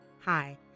Hi